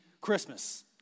Christmas